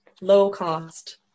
low-cost